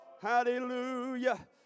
Hallelujah